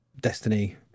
Destiny